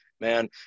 man